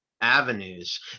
avenues